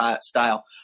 style